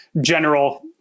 general